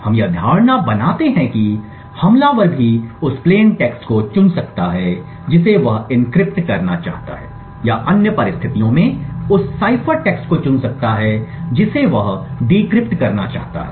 हम यह धारणा बनाते हैं कि हमलावर भी उस प्लेन टेक्स्ट को चुन सकता है जिसे वह एन्क्रिप्ट करना चाहता है या अन्य परिस्थितियों में उस साइफर टेक्स्ट को चुन सकता है जिसे वह डिक्रिप्ट करना चाहता है